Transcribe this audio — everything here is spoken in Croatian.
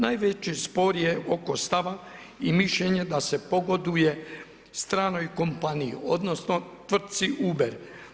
Najveći spor je oko stava i mišljenja da se pogoduje stranoj kompaniji odnosno tvrci Uber.